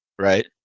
right